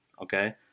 okay